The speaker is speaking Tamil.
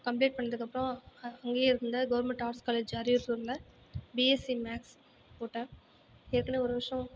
கம்ப்ளீட் பண்ணதுக்கு அப்புறம் அங்கேயே இருந்த கவர்ன்மெண்ட் ஆர்ட்ஸ் காலேஜ் அரியலூரில் பிஎஸ்சி மேக்ஸ் போட்டேன் ஏற்கனவே ஒரு வருஷம்